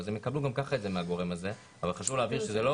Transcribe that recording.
גם כך הם יקבלו מהגורם הזה אבל חשוב להבהיר שזה לא